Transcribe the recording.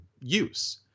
use